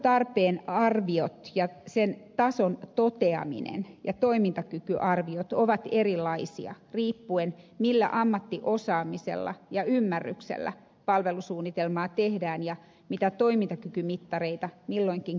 palvelutarpeen arviot ja sen tason toteaminen ja toimintakykyarviot ovat erilaisia riippuen siitä millä ammattiosaamisella ja ymmärryksellä palvelusuunnitelmaa tehdään ja mitä toimintakykymittareita milloinkin käytetään